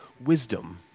wisdom